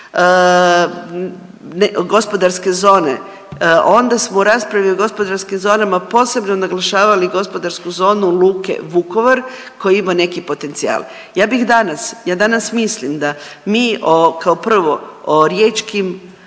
gospodarske zone onda smo u raspravi o gospodarskim zonama posebno naglašavali gospodarsku zonu Luke Vukovar koja ima neki potencijal. Ja bih danas, ja danas mislim da mi kao prvo o riječkim